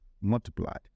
multiplied